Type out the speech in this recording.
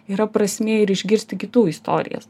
yra prasmė ir išgirsti kitų istorijas